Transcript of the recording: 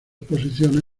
posiciones